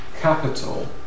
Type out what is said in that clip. capital